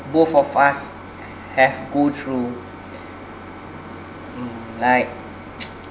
both of us have go through mm like